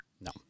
No